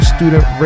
Student